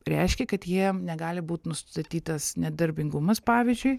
reiškia kad jie negali būt nustatytas nedarbingumas pavyzdžiui